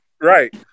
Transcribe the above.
right